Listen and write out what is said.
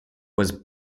was